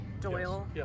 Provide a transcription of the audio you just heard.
doyle